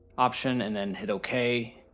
option, and then hit ok.